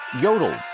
yodeled